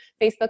facebook